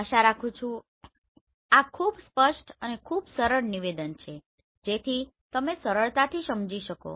હું આશા રાખું છું કે આ ખૂબ સ્પષ્ટ અને ખૂબ સરળ નિવેદન છે જેથી તમે સરળતાથી સમજી શકો